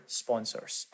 sponsors